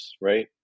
right